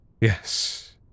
Yes